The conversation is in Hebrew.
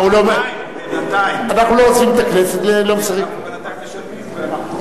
לא, לא משחק לרעתנו.